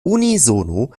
unisono